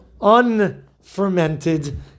unfermented